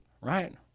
Right